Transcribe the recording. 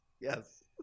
yes